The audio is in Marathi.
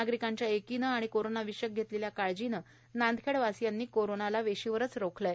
नागरिकांच्या एकीने आणि कोरोना विषयक घेतलेल्या काळजीने नांदखेड वासियांनी कोरोनाला वेशीवर रोखले आहे